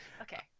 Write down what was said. Okay